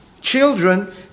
Children